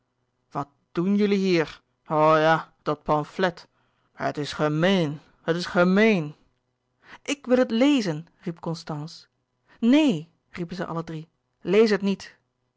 wat doen jullie hier o ja dat pamflet het is gemeen het is gemeen ik wil het lezen riep constance neen riepen zij allen drie lees het niet